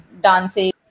dancing